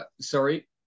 sorry